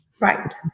Right